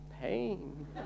pain